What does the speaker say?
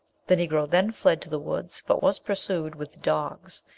the negro then fled to the woods, but was pursued with dogs,